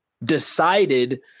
decided